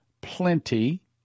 plenty